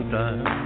time